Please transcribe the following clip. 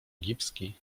egipski